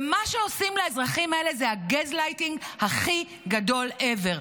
ומה שעושים לאזרחים האלה זה הגזלייטינג הכי גדול ever.